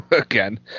again